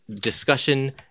Discussion